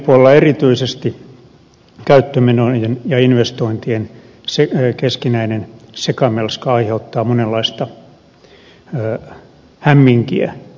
liikennepuolella erityisesti käyttömenojen ja investointien keskinäinen sekamelska aiheuttaa monenlaista hämminkiä